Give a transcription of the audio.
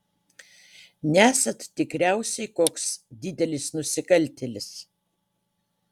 nesat tikriausiai koks didelis nusikaltėlis